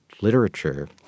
literature